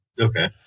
Okay